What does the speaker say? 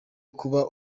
kuba